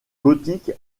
gothique